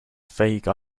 vague